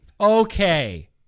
Okay